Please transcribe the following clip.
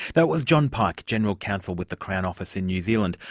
that was john pike, general counsel with the crown office in new zealand,